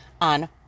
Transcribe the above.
on